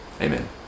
Amen